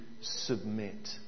submit